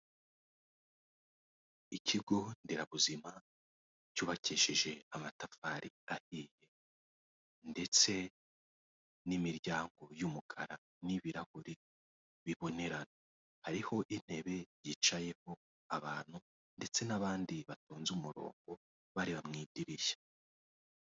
Ikigo nderabuzima cyubakishijeje amatafari ahiye ndetse n'imiryango y'umukara n'ibirahure bibonera, hariho intebe yicayemo abantu ndetse n'abandi batonze umurongo bareba mu idirishya.